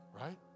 Right